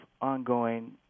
ongoing